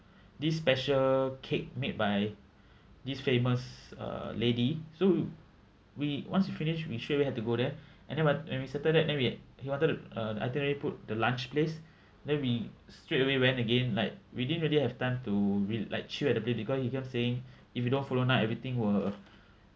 this special cake made by this famous uh lady so we once we finish we straight away had to go there and then what and we settled that then we had he wanted to uh itinerary put the lunch place then we straight away went again like we didn't really have time to re~ like chill at the place because he kept saying if you don't follow now everything will